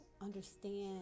understand